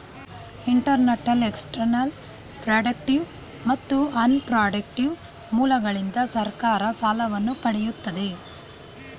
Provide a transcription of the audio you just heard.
internal, external, productive ಮತ್ತು unproductive ಮೂಲಗಳಿಂದ ಸರ್ಕಾರ ಸಾಲವನ್ನು ಪಡೆಯುತ್ತದೆ